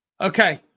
Okay